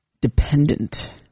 dependent